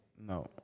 no